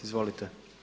Izvolite.